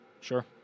Sure